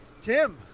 Tim